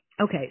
Okay